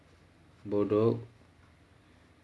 bedok